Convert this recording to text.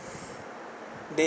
they